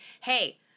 hey